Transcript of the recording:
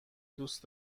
دوست